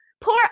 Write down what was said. poor